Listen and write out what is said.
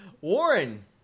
Warren